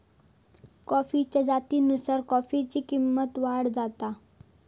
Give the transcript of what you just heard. कॉफीच्या जातीनुसार कॉफीची किंमत वाढत जाता